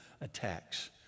attacks